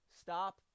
stop